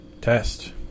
Test